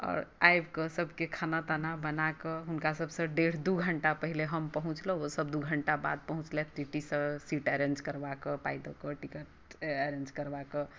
आओर आबि कऽ सबके खाना ताना बना कऽ हुनका सबसँ डेढ़ दू घंटा पहिले हम पहुँचलहुॅं ओ सब दू घंटा बाद पहुँचलथि टी टी सँ सीट अरेंज करबा कऽ पाइ दऽ कऽ टिकट अरेंज करबा कऽ